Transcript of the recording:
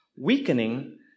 weakening